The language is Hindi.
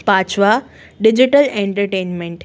पाँचवाँ डिज़िटल इंटरटेन्मेंट